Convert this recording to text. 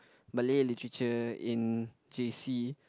Malay literature in J_C